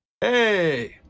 Hey